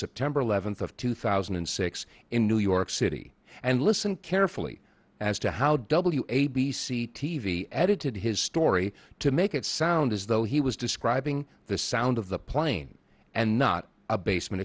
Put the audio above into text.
september eleventh of two thousand and six in new york city and listen carefully as to how w a b c t v edited his story to make it sound as though he was describing the sound of the plane and not a basement